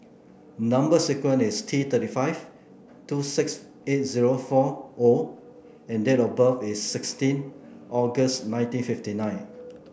number sequence is T Three five two six eight zero four O and date of birth is sixteen August nineteen fifty nine